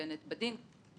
מעוגנת בדין,